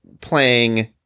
playing